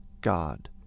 God